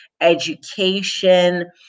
education